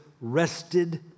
rested